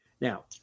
Now